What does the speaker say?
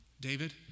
David